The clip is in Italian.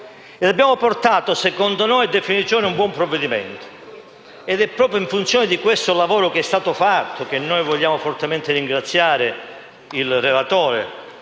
abbiamo portato, secondo noi, a definizione un buon provvedimento. Ed è proprio in funzione di questo lavoro che vogliamo fortemente ringraziare il relatore,